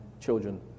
children